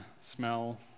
smell